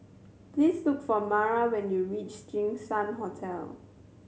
please look for Amara when you reach Jinshan Hotel